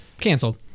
Canceled